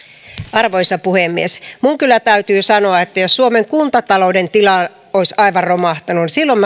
arvoisa puhemies minun kyllä täytyy sanoa että jos suomen kuntatalouden tila olisi aivan romahtanut niin silloin